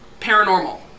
paranormal